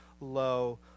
low